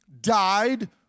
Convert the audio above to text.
died